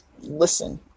listen